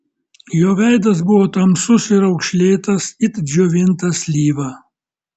jo veidas buvo tamsus ir raukšlėtas it džiovinta slyva